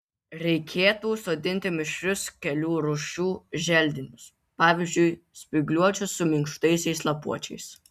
reikėtų sodinti mišrius kelių rūšių želdinius pavyzdžiui spygliuočius su minkštaisiais lapuočiais